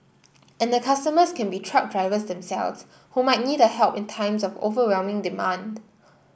and the customers can be truck drivers themselves who might need a help in times of overwhelming demand